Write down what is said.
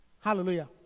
Hallelujah